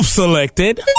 selected